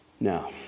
now